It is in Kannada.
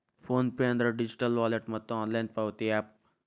ಫೋನ್ ಪೆ ಅಂದ್ರ ಡಿಜಿಟಲ್ ವಾಲೆಟ್ ಮತ್ತ ಆನ್ಲೈನ್ ಪಾವತಿ ಯಾಪ್